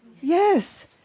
yes